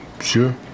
Sure